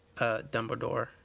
Dumbledore